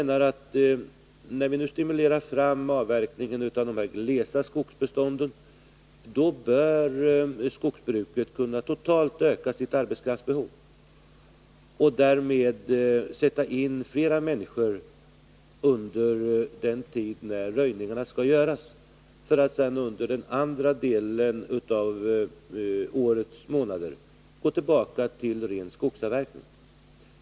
När vi stimulerar fram avverkningen av de glesa skogsbestånden bör skogsbruket totalt kunna öka sitt arbetskraftsbehov och därmed sätta in fler människor under den tid då röjningarna skall göras för att sedan låta arbetskraften under resten av året arbeta med ren skogsavverkning.